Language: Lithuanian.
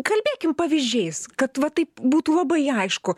kalbėkim pavyzdžiais kad va taip būtų labai aišku